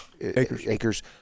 acres